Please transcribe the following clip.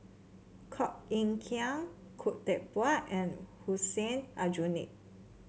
Koh Eng Kian Khoo Teck Puat and Hussein Aljunied